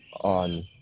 on